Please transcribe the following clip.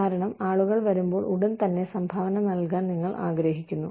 കാരണം ആളുകൾ വരുമ്പോൾ ഉടൻ തന്നെ സംഭാവന നൽകാൻ നിങ്ങൾ ആഗ്രഹിക്കുന്നു